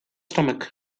stomach